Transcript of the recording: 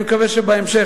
אני מקווה שבהמשך,